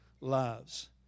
lives